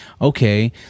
okay